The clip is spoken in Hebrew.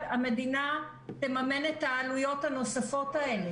המדינה תממן את העלויות הנוספות האלה.